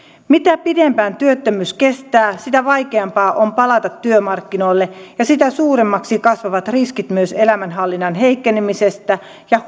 mitä pidempään työttömyys kestää sitä vaikeampaa on palata työmarkkinoille ja sitä suuremmaksi kasvavat riskit myös elämänhallinnan heikkenemisestä ja